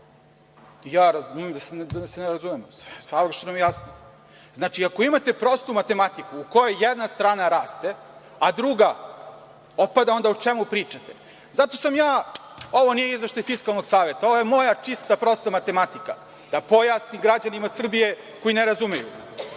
Ja razumem da se ne razumemo. Savršeno mi je jasno. Znači, ako imate prostu matematiku u kojoj jedna strana raste, a druga opada, onda o čemu pričate. Ovo nije izveštaj fiskalnog saveta, ovo je moja čista prosta matematika da pojasnim građanima Srbije koji ne razumeju.